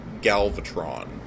Galvatron